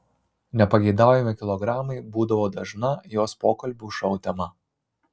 nepageidaujami kilogramai būdavo dažna jos pokalbių šou tema